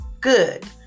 good